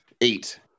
Eight